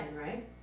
right